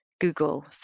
Google